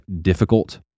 difficult